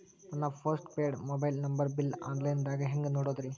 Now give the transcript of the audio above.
ನನ್ನ postpaid mobile number bill, online ದಾಗ ಹ್ಯಾಂಗ್ ನೋಡೋದ್ರಿ?